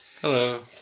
Hello